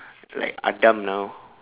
like adam now